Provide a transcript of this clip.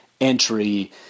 entry